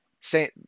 say